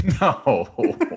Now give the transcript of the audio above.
No